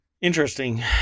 Interesting